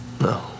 No